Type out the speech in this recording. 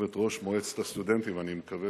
יושבת-ראש מועצת הסטודנטים, אני מקווה